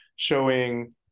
showing